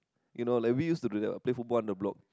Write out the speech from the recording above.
you know like we used to do that what play football under the block